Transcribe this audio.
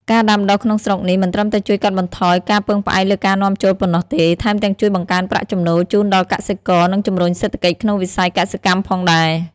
ការដាំដុះក្នុងស្រុកនេះមិនត្រឹមតែជួយកាត់បន្ថយការពឹងផ្អែកលើការនាំចូលប៉ុណ្ណោះទេ ថែមទាំងជួយបង្កើនប្រាក់ចំណូលជូនដល់កសិករ និងជំរុញសេដ្ឋកិច្ចក្នុងវិស័យកសិកម្មផងដែរ។